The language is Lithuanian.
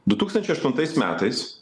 du tūkstančiai aštuntais metais